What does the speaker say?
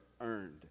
earned